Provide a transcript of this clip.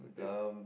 um